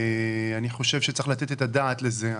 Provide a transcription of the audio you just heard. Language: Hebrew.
ואני חושב שצריך לתת את הדעת לזה.